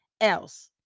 else